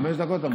חמש דקות.